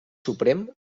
suprem